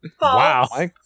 Wow